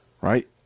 right